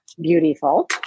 beautiful